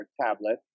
tablet